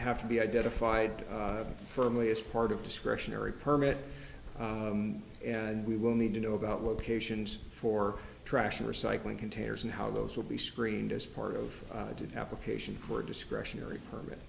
have to be identified firmly as part of discretionary permit and we will need to know about locations for trash and recycling containers and how those will be screened as part of application for discretionary permit